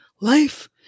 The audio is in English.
life